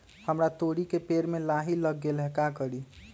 हमरा तोरी के पेड़ में लाही लग गेल है का करी?